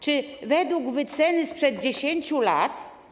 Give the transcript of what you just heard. Czy według wyceny sprzed 10 lat?